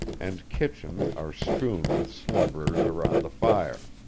and kitchen are strewn with slumberers around the fire.